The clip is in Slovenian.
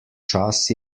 čas